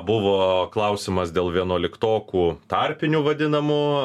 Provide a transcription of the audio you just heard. buvo klausimas dėl vienuoliktokų tarpinių vadinamų